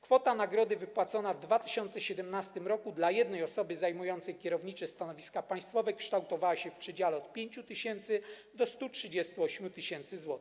Kwota nagrody wypłacona w 2017 r. dla jednej osoby zajmującej kierownicze stanowisko państwowe kształtowała się w przedziale od 5 tys. do 138 tys. zł.